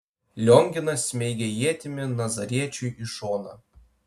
lionginas smeigė ietimi nazariečiui į šoną